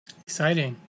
Exciting